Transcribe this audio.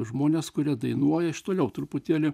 žmones kurie dainuoja iš toliau truputėlį